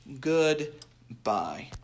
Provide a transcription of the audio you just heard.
goodbye